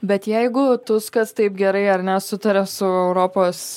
bet jeigu tuskas taip gerai ar ne sutaria su europos